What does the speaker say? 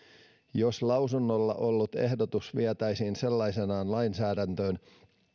jos lausunnolla ollut ehdotus vietäisiin sellaisenaan lainsäädäntöön